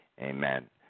Amen